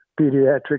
pediatric